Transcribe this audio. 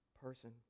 person